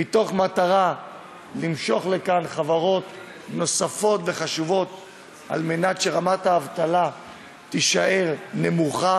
במטרה למשוך לכאן חברות חשובות נוספות כדי שרמת האבטלה תישאר נמוכה